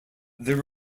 there